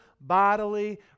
bodily